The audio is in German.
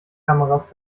kameras